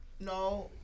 No